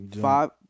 Five